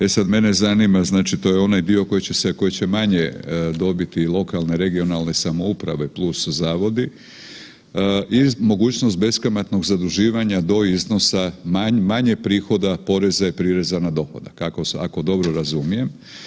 E sada mene zanima, to je onaj dio koji će manje dobiti lokalne, regionalne samouprave plus zavodi, mogućnost beskamatnog zaduživanja do iznosa manje prihoda poreza i prireza na dohodak, ako dobro razumijem.